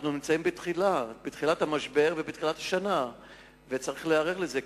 אנחנו בתחילת המשבר ובתחילת השנה וצריך להיערך לזה.